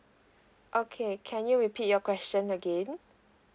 okay can you repeat your question again